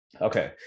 Okay